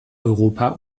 europa